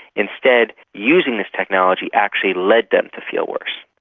instead using this technology actually led them to feel worse.